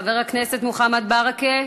חבר הכנסת מוחמד ברכה,